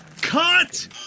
Cut